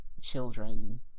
children